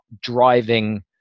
driving